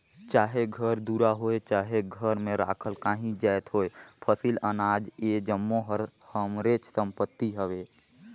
चाहे घर दुरा होए चहे घर में राखल काहीं जाएत होए फसिल, अनाज ए जम्मो हर हमरेच संपत्ति हवे